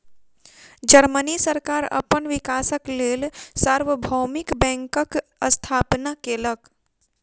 Germany सरकार अपन विकासक लेल सार्वभौमिक बैंकक स्थापना केलक